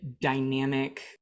dynamic